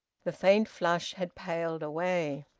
the faint flush had paled away.